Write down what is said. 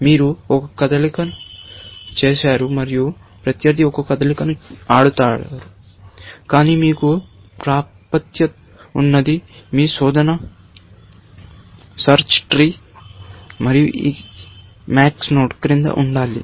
మీరు ఒక కదలికను చేసారు మరియు ప్రత్యర్థి ఒక కదలికను ఆడుతారు కానీ మీకు ప్రాప్యత ఉన్నది మీ సెర్చ్ ట్రీ మరియు ఈ max నోడ్ క్రింద ఉండాలి